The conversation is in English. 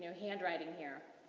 handwriting here.